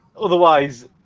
Otherwise